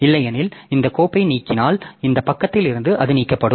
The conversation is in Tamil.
இல்லையெனில் இந்த கோப்பை நீக்கினால் இந்த பக்கத்தில் இருந்து அது நீக்கப்படும்